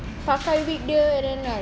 pakai wig dia and then like